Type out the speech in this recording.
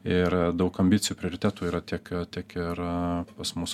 ir daug ambicijų prioritetų yra tiek tiek ir pas mus